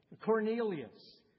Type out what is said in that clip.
Cornelius